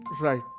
Right